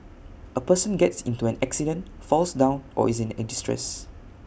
A person gets into an accident falls down or is in distress